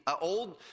old